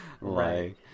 right